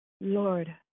Lord